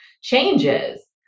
changes